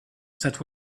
that